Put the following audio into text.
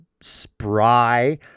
spry